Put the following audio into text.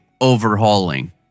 overhauling